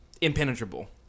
impenetrable